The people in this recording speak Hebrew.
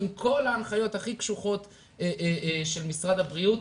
עם כל ההנחיות הכי קשוחות של משרד הבריאות,